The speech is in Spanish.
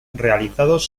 realizados